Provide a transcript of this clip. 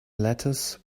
lettuce